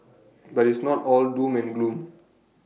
but it's not all doom and gloom